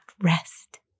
rest